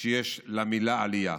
שיש למילה "עלייה".